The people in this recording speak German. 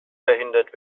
verhindert